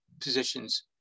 positions